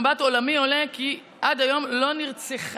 במבט עולמי עולה כי עד היום לא נרצחה,